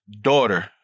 daughter